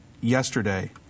yesterday